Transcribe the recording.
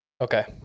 Okay